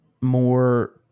more